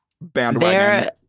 bandwagon